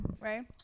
right